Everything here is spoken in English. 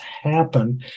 happen